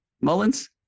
Mullins